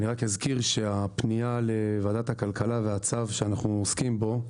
אני רק אזכיר שהפנייה לוועדת הכלכלה והצו שאנחנו עוסקים בו,